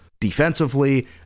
Defensively